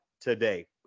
today